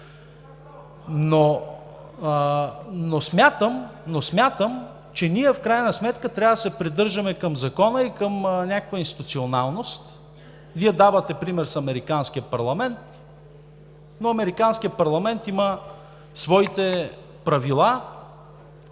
Но смятам, че ние в крайна сметка трябва да се придържаме към закона и към някаква институционалност. Вие давате пример с американския парламент, но американският парламент има своите правила